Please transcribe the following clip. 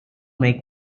make